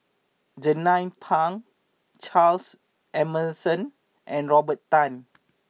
Jernnine Pang Charles Emmerson and Robert Tan